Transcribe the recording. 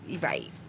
Right